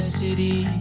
city